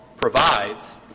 provides